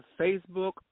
Facebook